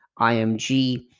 IMG